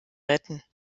retten